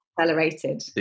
accelerated